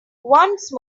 once